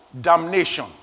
damnation